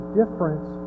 difference